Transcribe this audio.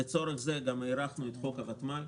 לצורך זה גם הארכנו את חוק הוותמ"ל.